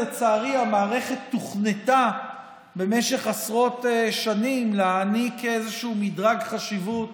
לצערי המערכת תוכנתה במשך עשרות שנים להעניק איזשהו מדרג חשיבות